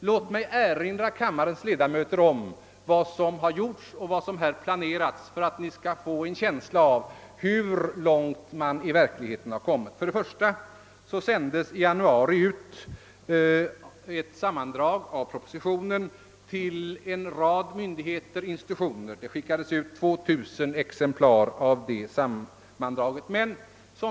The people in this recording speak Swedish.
Låt mig emellertid för kammarens ledamöter redovisa vad som gjorts och planerats för att ni skall få en uppfattning om hur långt man i verkligheten hunnit med informationen. I januari utsändes ett sammandrag av propositionen till en rad myndigheter och institutioner. Detta sammandrag gick ut i 2 000 exemplar.